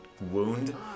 wound